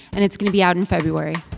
and it's going to be out in february